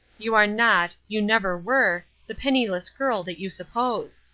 you are not, you never were, the penniless girl that you suppose.